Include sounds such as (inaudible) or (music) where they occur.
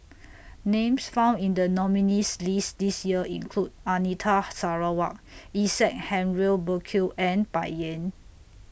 (noise) Names found in The nominees' list This Year include Anita Sarawak Isaac Henry Burkill and Bai Yan